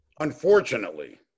unfortunately